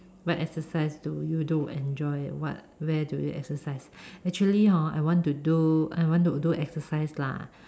what exercise do you do enjoy what where do you exercise actually hor I want to do I want to do exercise lah